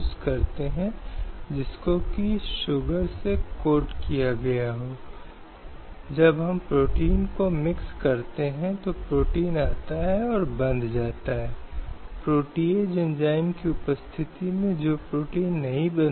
इसलिए अदालतें अनुभागों को अपील करती हैं और कहा है कि इसके लिए एक निश्चित उद्देश्य है जिसे बनाया गया है और इसलिए यह भारतीय संविधान के अनुच्छेद 14 की जीवन शक्ति नहीं है